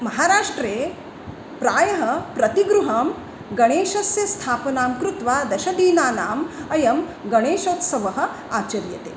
महाराष्ट्रे प्रायः प्रतिगृहं गणेशस्य स्थापनां कृत्वा दश दिनानाम् अयं गणेशोत्सवः आचर्यते